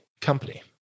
company